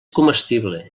comestible